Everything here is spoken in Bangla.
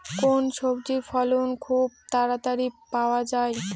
কোন সবজির ফলন খুব তাড়াতাড়ি পাওয়া যায়?